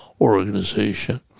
organization